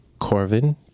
Corvin